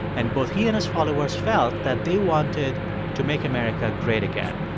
and both he and his followers felt that they wanted to make america great again.